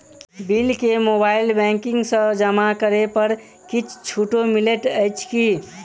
Bill केँ mobile banking सँ जमा करै पर किछ छुटो मिलैत अछि की?